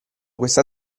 questa